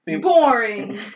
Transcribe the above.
Boring